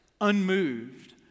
unmoved